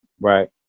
Right